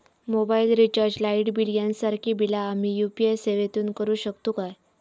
Mobile recharge, light bill यांसारखी बिला आम्ही यू.पी.आय सेवेतून करू शकतू काय?